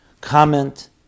comment